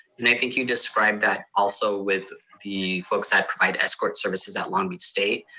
and i think you described that also with the folks that provide escort services at long beach state.